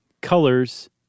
colors